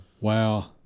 Wow